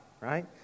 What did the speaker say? right